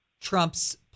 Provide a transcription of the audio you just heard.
Trump's